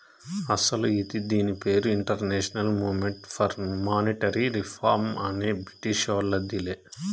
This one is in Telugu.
అస్సలు ఇది దీని పేరు international movement for monetary reform అనే బ్రిటీషోల్లదిలే